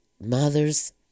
Mothers